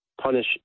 punish